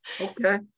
Okay